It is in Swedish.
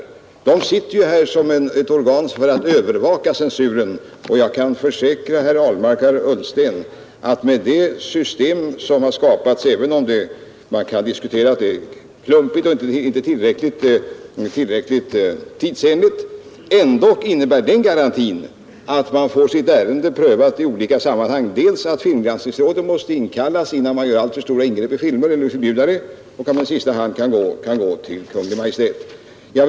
Filmgranskningsrådet är ju ett organ för att övervaka censuren, och jag Nr 62 kan försäkra herr Ahlmark och herr Ullsten att det system som har Torsdagen den skapats — även om man kan anse att det är klumpigt och inte tillräckligt 20 april 1972 tidsenligt — ändock innebär den garantin att alla får sitt ärende prövat. Avskaffande ns flm Filmgranskningsrådet måste inkallas innan det görs alltför stora ingrepp i yskaffan leav fi SE filmer eller de förbjuds, och i sista hand finns det möjlighet att gå till — C”Suren för vuxna, mm.